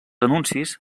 anuncis